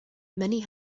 many